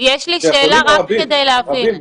כי החולים הרבים,